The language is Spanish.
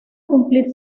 cumplir